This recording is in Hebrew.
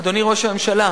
אדוני ראש הממשלה,